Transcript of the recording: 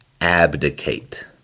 abdicate